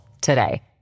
today